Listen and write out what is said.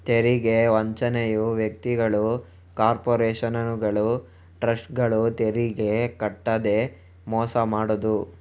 ತೆರಿಗೆ ವಂಚನೆಯು ವ್ಯಕ್ತಿಗಳು, ಕಾರ್ಪೊರೇಷನುಗಳು, ಟ್ರಸ್ಟ್ಗಳು ತೆರಿಗೆ ಕಟ್ಟದೇ ಮೋಸ ಮಾಡುದು